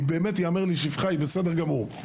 באמת ייאמר לשבחה, היא בסדר גמור.